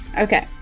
Okay